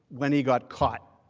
when he got caught.